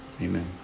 Amen